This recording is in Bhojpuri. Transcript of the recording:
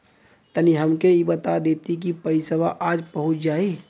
तनि हमके इ बता देती की पइसवा आज पहुँच जाई?